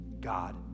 God